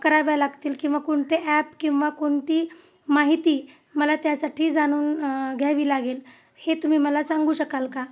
कराव्या लागतील किंवा कोणते ॲप किंवा कोणती माहिती मला त्यासाठी जाणून घ्यावी लागेल हे तुम्ही मला सांगू शकाल का